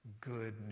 good